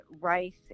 Rice